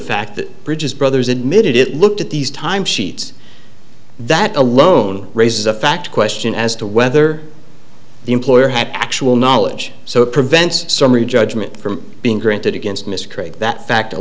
fact that bridges brothers admitted it looked at these time sheets that alone raises a fact question as to whether the employer had actual knowledge so prevents summary judgment from being granted against